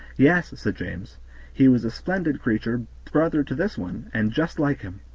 yes, said james he was a splendid creature, brother to this one, and just like him.